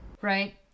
right